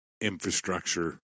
infrastructure